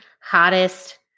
hottest